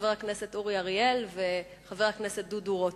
חבר הכנסת אורי אריאל וחבר הכנסת דודו רותם.